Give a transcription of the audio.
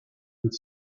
with